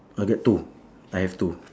I got two I have two